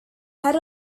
head